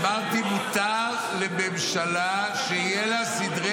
אמרתי שמותר לממשלה שיהיו לה סדרי